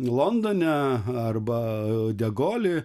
londone arba de golį